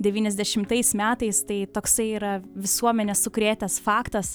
devyniasdešimtais metais tai toksai yra visuomenę sukrėtęs faktas